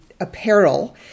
apparel